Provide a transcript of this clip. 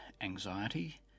Anxiety